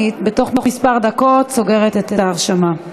בתוך כמה דקות אני סוגרת את ההרשמה,